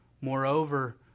Moreover